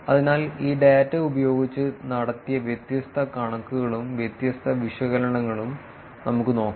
അതിനാൽ ഈ ഡാറ്റ ഉപയോഗിച്ച് നടത്തിയ വ്യത്യസ്ത കണക്കുകളും വ്യത്യസ്ത വിശകലനങ്ങളും നമുക്ക് നോക്കാം